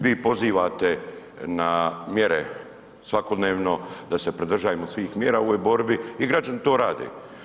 Vi pozivate na mjere svakodnevno da se pridržajemo svih mjera u ovoj borbi i građani to rade.